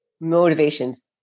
motivations